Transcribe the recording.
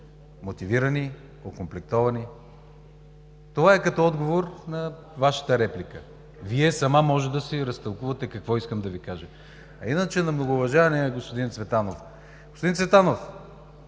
мотивирани, окомплектовани. Това е като отговор на Вашата реплика. Вие сама можете да си разтълкувате какво искам да Ви кажа. Иначе на многоуважаемия господин Цветанов – господин Цветанов,